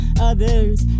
others